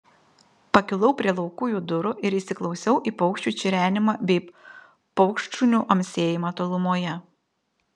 pakilau prie laukujų durų ir įsiklausiau į paukščių čirenimą bei paukštšunių amsėjimą tolumoje